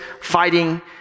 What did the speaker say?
fighting